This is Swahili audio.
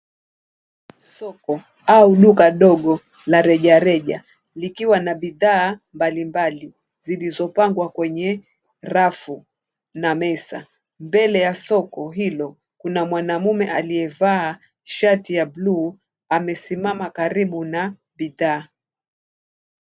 Soko au duka dogo la rejareja likiwa na bidhaa mbalimbali zilizopangwa kwenye rafu na meza. Mbele ya soko hilo kuna mwanamume aliyevaa shati ya buluu amesimama karibu na bidhaa.